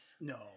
No